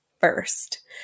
first